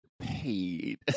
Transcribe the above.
paid